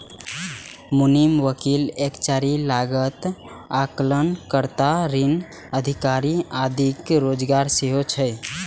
मुनीम, वकील, एक्चुअरी, लागत आकलन कर्ता, ऋण अधिकारी आदिक रोजगार सेहो छै